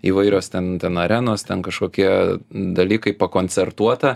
įvairios ten ten arenos ten kažkokie dalykai pakoncertuota